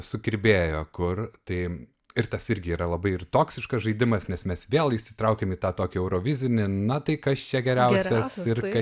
sukirbėjo kur tai ir tas irgi yra labai ir toksiškas žaidimas nes mes vėl įsitraukiam į tą tokį eurovizinį na tai kas čia geriausias ir